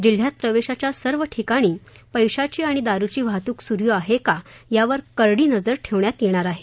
जिल्ह्यात प्रवेशाच्या सर्व ठिकाणी पेशाची आणि दारूची वाहतूक सुरू आहे का यावर करडी नजर ठेवण्यात येणार आहे